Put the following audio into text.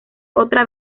otra